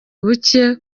bucye